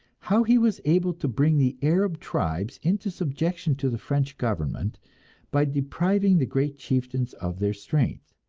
how he was able to bring the arab tribes into subjection to the french government by depriving the great chieftains of their strength.